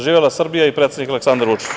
Živela Srbija i predsednik Aleksandar Vučić.